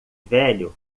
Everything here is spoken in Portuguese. velho